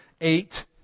eight